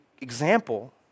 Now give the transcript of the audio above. example